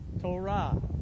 torah